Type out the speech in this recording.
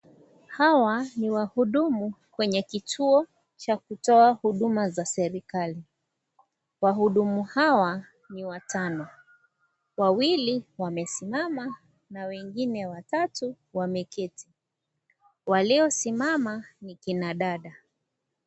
Hawa ni wahudumu kwenye kituo cha kutoa huduma za serikali wahudumu hawa ni watano wawili wamesimama na wengine watatu wameketi waliosimama ni kina dada.